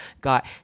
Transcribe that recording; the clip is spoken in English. got